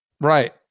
Right